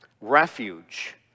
Refuge